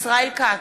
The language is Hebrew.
ישראל כץ,